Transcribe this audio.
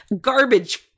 garbage